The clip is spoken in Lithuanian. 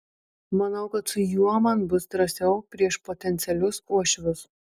manau kad su juo man bus drąsiau prieš potencialius uošvius